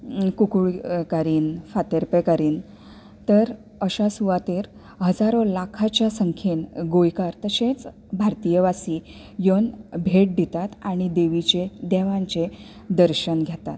कुकळुकारीन फातर्पेकारीन तर अश्या सुवातेर हजारों लाखाच्या संख्येन गोंयकार तशेंच भारतीय वासी येवन भेट दितात आनी देवीचें देवांचें दर्शन घेतात